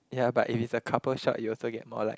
ya but if it's a couple shot you also get more likes